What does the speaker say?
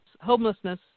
homelessness